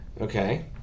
okay